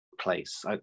place